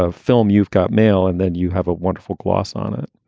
ah film, you've got mail and then you have a wonderful gloss on it